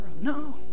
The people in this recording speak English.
No